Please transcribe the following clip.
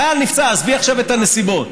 חייל נפצע, עזבי עכשיו את הנסיבות.